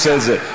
אורן.